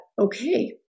okay